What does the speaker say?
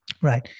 right